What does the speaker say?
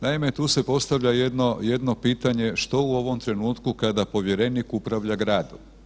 Naime, tu se postavlja jedno pitanje, što u ovom trenutku kada povjerenik upravlja gradom?